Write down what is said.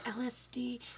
LSD